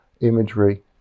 imagery